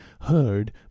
heard